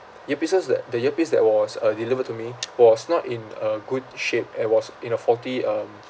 earpieces that the earpiece that was uh delivered to me was not in a good shape and was in a faulty um